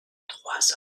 trois